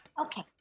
Okay